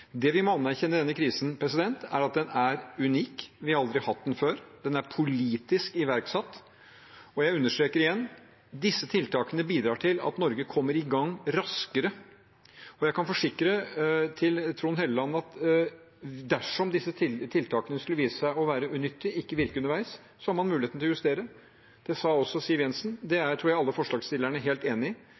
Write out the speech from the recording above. Det vi må anerkjenne ved denne krisen, er at den er unik. Vi har aldri hatt den før. Den er politisk iverksatt. Jeg understreker igjen: Disse tiltakene bidrar til at Norge kommer i gang raskere. Og jeg kan forsikre Trond Helleland om at dersom disse tiltakene skulle vise seg å være unyttige og ikke virke underveis, har man mulighet til å justere dem. Det sa også Siv Jensen, og det tror jeg alle forslagsstillerne er helt enige i.